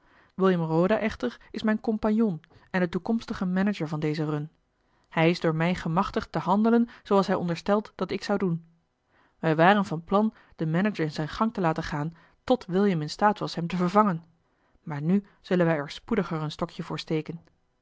william roda echter is mijn compagnon en de toekomstige manager van deze run hij is door mij gemachtigd te handelen zooals hij onderstelt dat ik zou doen wij waren van plan den manager zijn gang te laten gaan tot william in staat was hem te vervangen maar nu zullen wij er spoediger een stokje voor steken